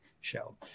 show